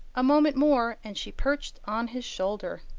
a moment more, and she perched on his shoulder.